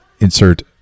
insert